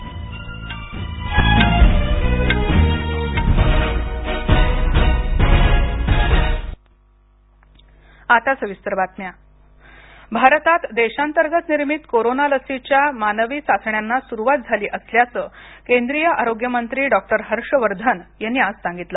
doctor Harshvardhan भारतात देशांतर्गत निर्मित कोरोना लसीच्या मानवावरील चाचण्यांना सुरुवात झाली असल्याचं केंद्रीय आरोग्य मंत्री डॉक्टर हर्षवर्धन यांनी आज सांगितलं